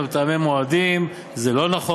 זאת, הן מטעמי מועדים, זה לא נכון,